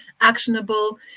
actionable